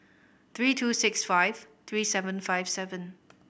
three two six five three seven five seven